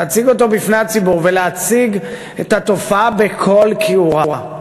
להציג אותו בפני הציבור ולהציג את התופעה בכל כיעורה.